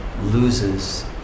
loses